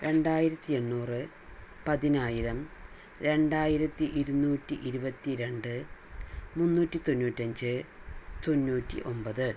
രണ്ടായിരത്തി എണ്ണൂറ് പതിനായിരം രണ്ടായിരത്തി ഇരുനൂറ്റി ഇരുപത്തി രണ്ട് മുന്നൂറ്റി തൊണ്ണൂറ്റി അഞ്ച് തൊണ്ണൂറ്റി ഒമ്പത്